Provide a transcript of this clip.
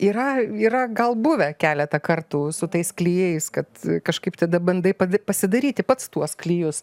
yra yra gal buvę keletą kartų su tais klijais kad kažkaip tada bandai pasidaryti pats tuos klijus